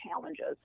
challenges